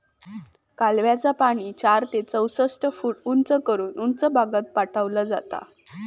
कालव्याचा पाणी चार ते चौसष्ट फूट उंच करून उंच भागात पाठवला जाता